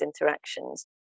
interactions